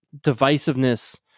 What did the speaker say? divisiveness